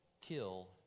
kill